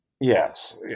Yes